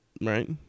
Right